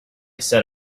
set